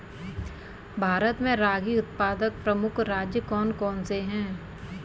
भारत में रागी उत्पादक प्रमुख राज्य कौन कौन से हैं?